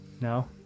No